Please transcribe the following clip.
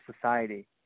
society